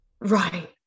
Right